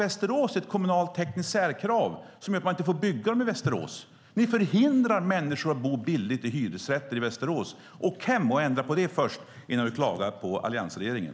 Västerås har ett kommunalt tekniskt särkrav som gör att man inte får bygga kombohus i Västerås. Ni förhindrar människor att bo billigt i hyresrätter. Åk hem och ändra på det först innan du klagar på alliansregeringen!